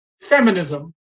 feminism